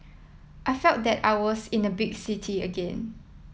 I felt that I was in a big city again